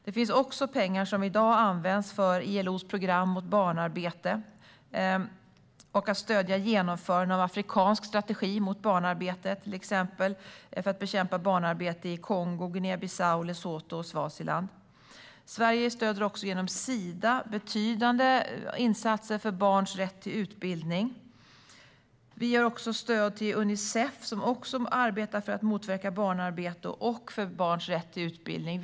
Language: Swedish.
Det finns också pengar som i dag används för ILO:s program mot barnarbete och för att stödja genomförandet av en afrikansk strategi mot barnarbete, till exempel. Det handlar om att bekämpa barnarbete i Kongo, Guinea-Bissau, Lesotho och Swaziland. Sverige stöder också genom Sida betydande insatser för barns rätt till utbildning. Vi ger stöd till Unicef, som också arbetar för att motverka barnarbete och för barns rätt till utbildning.